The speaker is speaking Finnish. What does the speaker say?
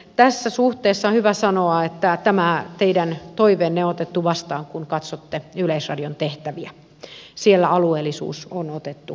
tässä suhteessa on hyvä sanoa että tämä teidän toiveenne on otettu vastaan kun katsotte yleisradion tehtäviä siellä alueellisuus on otettu huomioon